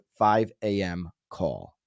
5AMcall